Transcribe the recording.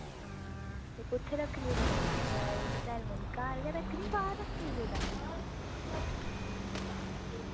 हां ते कुत्थै रक्खनी रिंग रिंग सैरमनी घर गै रक्खनी बाह्र रक्खनी कुतै